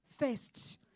first